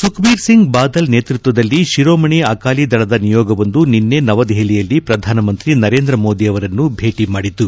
ಸುಖ್ beer Singh Badal ನೇತೃತ್ವದಲ್ಲಿ ಶಿರೋಮಣಿ ಅಕಾಲಿ ದಳದ ನಿಯೋಗವೊಂದು ನಿನ್ನೆ ನವದೆಹಲಿಯಲ್ಲಿ ಪ್ರಧಾನ ಮಂತ್ರಿ ನರೇಂದ್ರ ಮೋದಿ ಅವರನ್ನು ಭೇಟ ಮಾಡಿತು